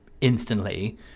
instantly